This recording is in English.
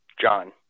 John